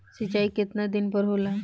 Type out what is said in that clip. सिंचाई केतना दिन पर होला?